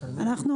מה עמדתכם?